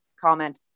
comment